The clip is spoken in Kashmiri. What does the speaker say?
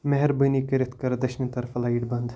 مہربٲنی کٔرِتھ کر دٔچھنِہ طرفہٕ لایٹ بند